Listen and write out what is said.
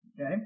okay